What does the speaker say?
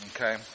okay